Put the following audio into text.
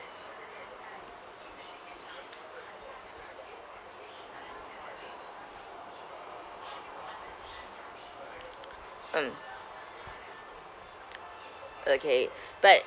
um okay but